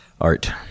Art